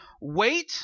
Wait